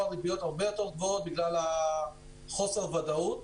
ריביות הרבה יותר גבוהות בגלל חוסר הוודאות,